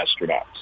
astronauts